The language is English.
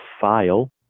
file